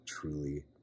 truly